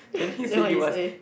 then what you say